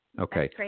Okay